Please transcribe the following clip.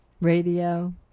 Radio